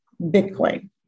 Bitcoin